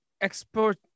export